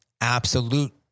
absolute